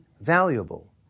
valuable